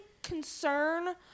Concern